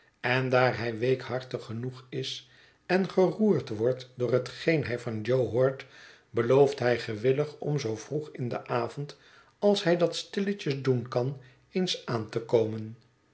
en daar hij weekhartig genoeg is en geroerd wordt door hetgeen hij van jo hoort belooft hij gewillig om zoo vroeg in den avond als hij dat stilletjes doen kan eens aan te komen